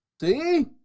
see